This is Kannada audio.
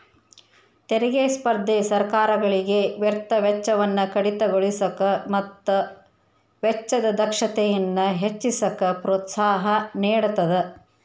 ತೆರಿಗೆ ಸ್ಪರ್ಧೆ ಸರ್ಕಾರಗಳಿಗೆ ವ್ಯರ್ಥ ವೆಚ್ಚವನ್ನ ಕಡಿತಗೊಳಿಸಕ ಮತ್ತ ವೆಚ್ಚದ ದಕ್ಷತೆಯನ್ನ ಹೆಚ್ಚಿಸಕ ಪ್ರೋತ್ಸಾಹ ನೇಡತದ